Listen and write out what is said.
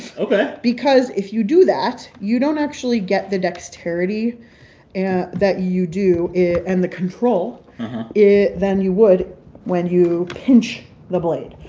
ok. because if you do that, you don't actually get the dexterity yeah that you do and the control yeah than you would when you pinch the blade,